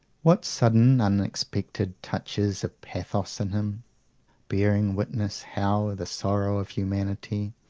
what sudden, unexpected touches of pathos in him bearing witness how the sorrow of humanity,